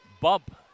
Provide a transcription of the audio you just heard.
bump